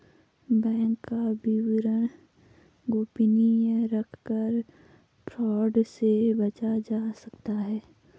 bank का विवरण गोपनीय रखकर फ्रॉड से बचा जा सकता है